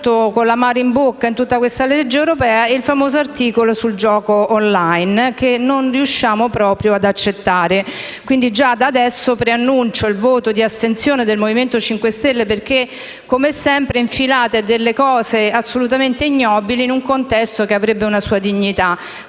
molto l'amaro in bocca in tutta questa legge europea è il famoso articolo sul gioco *on line* che non riusciamo proprio ad accettare. Quindi, già dà adesso preannuncio il voto di astensione del Movimento 5 Stelle perché, come sempre, infilate cose assolutamente ignobili in un contesto che avrebbe una sua dignità